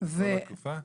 --- לכל התקופה?